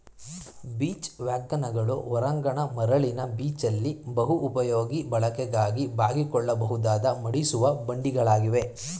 beach ವ್ಯಾಗನ್ಗಳು ಹೊರಾಂಗಣ ಮರಳಿನ ಬೀಚಲ್ಲಿ ಬಹುಪಯೋಗಿ ಬಳಕೆಗಾಗಿ ಬಾಗಿಕೊಳ್ಳಬಹುದಾದ ಮಡಿಸುವ ಬಂಡಿಗಳಾಗಿವೆ